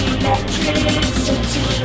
electricity